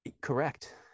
Correct